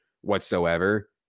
whatsoever